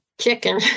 chicken